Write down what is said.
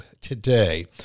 today